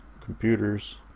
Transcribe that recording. computers